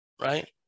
right